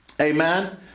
Amen